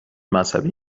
مذهبی